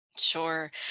Sure